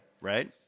right